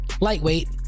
lightweight